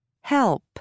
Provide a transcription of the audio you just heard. Help